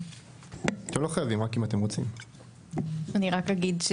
אני רק אגיד,